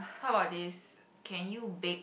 how about this can you bake